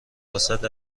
واست